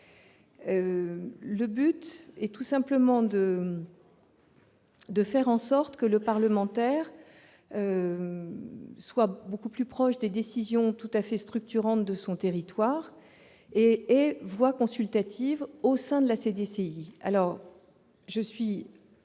L'objectif est tout simplement de faire en sorte que le parlementaire soit beaucoup plus proche des décisions tout à fait structurantes de son territoire et ait voix consultative au sein de la CDCI.